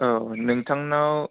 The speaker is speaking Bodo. औ नोंथांनाव